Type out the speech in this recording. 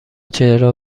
چرا